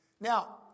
Now